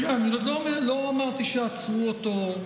רגע, אני לא אמרתי שעצרו אותו,